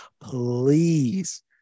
please